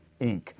Inc